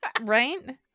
Right